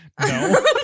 No